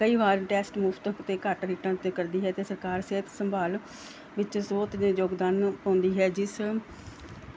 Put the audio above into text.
ਕਈ ਵਾਰ ਟੈਸਟ ਮੁਫਤ ਤੇ ਘੱਟ ਰਿਟਨ ਤੇ ਕਰਦੀ ਹੈ ਅਤੇ ਸਰਕਾਰ ਸਿਹਤ ਸੰਭਾਲ ਵਿੱਚ ਸੋਤ ਦੇ ਯੋਗਦਾਨ ਨੂੰ ਪਾਉਂਦੀ ਹੈ ਜਿਸ